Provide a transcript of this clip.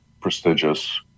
prestigious